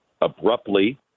abruptly